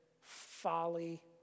folly